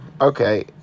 okay